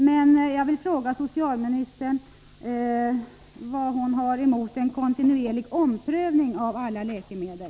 Men jag vill fråga statsrådet om hon har något emot en kontinuerlig omprövning av alla läkemedel.